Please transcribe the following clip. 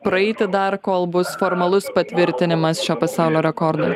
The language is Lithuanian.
praeiti dar kol bus formalus patvirtinimas šio pasaulio rekordo